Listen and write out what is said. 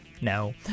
No